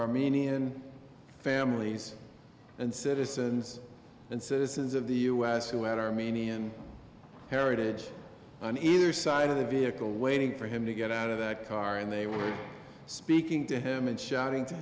armenian families and citizens and citizens of the u s who had armenian heritage on either side of the vehicle waiting for him to get out of that car and they were speaking to him and shouting to